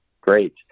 Great